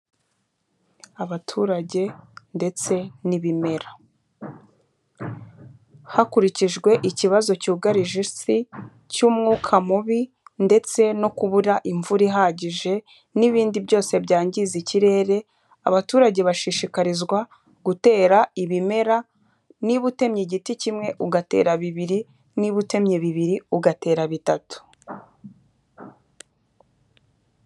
Abaturage ndetse n'ibimera. Hakurikijwe ikibazo cyugarije isi cy'umwuka mubi ndetse no kubura imvura ihagije n'ibindi byose byangiza ikirere, abaturage bashishikarizwa gutera ibimera, niba utemye igiti kimwe ugatera bibiri, nina utemye bibiri ugatera bitatu.